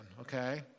Okay